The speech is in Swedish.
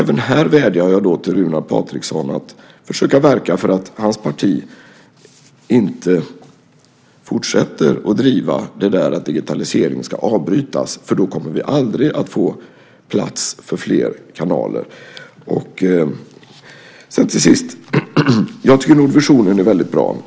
Även här vädjar jag därför till Runar Patriksson att försöka verka för att hans parti inte fortsätter att driva att digitaliseringen ska avbrytas för då kommer vi aldrig att få plats för fler kanaler. Slutligen vill jag säga att jag nog tycker att visionen är mycket bra.